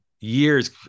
years